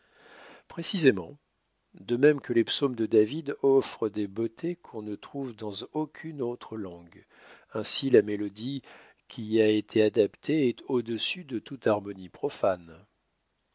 précisément de même que les psaumes de david offrent des beautés qu'on ne trouve dans aucune autre langue ainsi la mélodie qui y a été adaptée est au-dessus de toute harmonie profane